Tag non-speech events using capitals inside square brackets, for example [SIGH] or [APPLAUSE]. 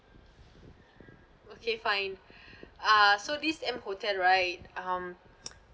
okay fine [BREATH] uh so this m hotel right um [NOISE]